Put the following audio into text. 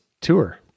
tour